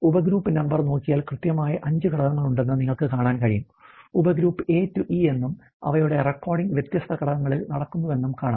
ഉപഗ്രൂപ്പ് number നോക്കിയാൽ കൃത്യമായി 5 ഘടകങ്ങളുണ്ടെന്ന് നിങ്ങൾക്ക് കാണാൻ കഴിയും ഉപഗ്രൂപ്പ് A to E എന്നും അവയുടെ റെക്കോർഡിംഗ് വ്യത്യസ്ത ഘട്ടങ്ങളിൽ നടക്കുന്നുവെന്നും കാണാം